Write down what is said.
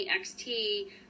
XT